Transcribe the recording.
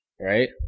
right